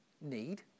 need